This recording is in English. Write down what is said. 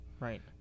Right